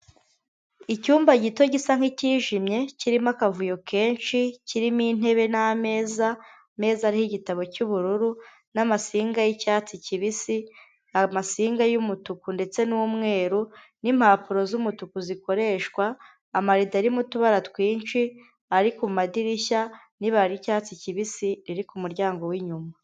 Icyumba gito gisa n'kijimye, kirimo akavuyo kenshi, kirimo intebe n'ameza meza ariho igitabo cy'ubururu n'amasinga yicyatsi kibisi, amasinga y'umutuku ndetse n'umweru, nimpapuro z'umutuku zikoreshwa, amarido arimo utubara twinshi ari ku madirishya n'ibara ry'icyatsi kibisi riri ku muryango w'inyuma.